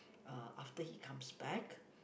uh after he comes back